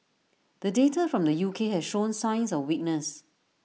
the data from the U K has shown signs of weakness